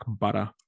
butter